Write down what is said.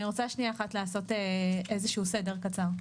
אני רוצה שנייה אחת לעשות סדר קצר.